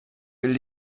will